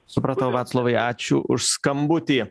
supratau vaclovai ačiū už skambutį